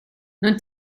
non